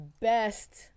best